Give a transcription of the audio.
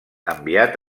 enviat